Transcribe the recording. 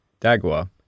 Dagua